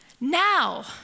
Now